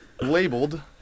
labeled